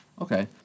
Okay